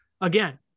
again